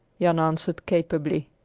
jan answered capably.